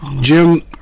Jim